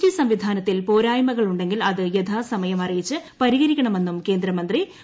T സംവിധാനത്തിൽ പോരായ്മകളുണ്ടെങ്കിൽ അത് യഥാസമയം അറിയിച്ച് പരിഹരിക്കണ മെന്നും കേന്ദ്രമന്ത്രി ആവശ്യപ്പെട്ടു